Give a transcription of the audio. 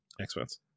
Experts